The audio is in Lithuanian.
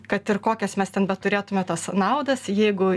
kad ir kokias mes ten beturėtume tas naudas jeigu